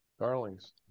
Darlings